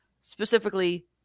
specifically